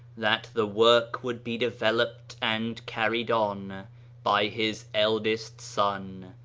that the work would be developed and carried on by his eldest son,